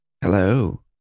Hello